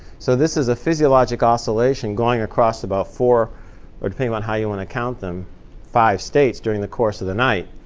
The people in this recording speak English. so this is a physiologic oscillation going across about four or depending upon how you want to count them five states during the course of the night.